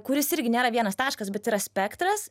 kuris irgi nėra vienas taškas bet yra spektras